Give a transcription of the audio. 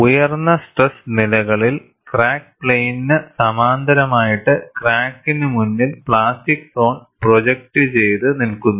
ഉയർന്ന സ്ട്രെസ് നിലകളിൽ ക്രാക്ക് പ്ലെയിനിനു സമാന്തരമായിട്ടു ക്രാക്കിന് മുന്നിൽ പ്ലാസ്റ്റിക് സോൺ പ്രോജക്റ്റ് ചെയ്തു നിൽക്കുന്നു